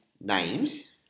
names